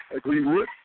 Greenwood